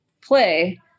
play